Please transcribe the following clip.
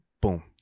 Boom